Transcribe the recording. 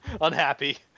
unhappy